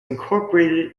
incorporated